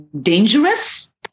dangerous